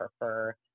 prefer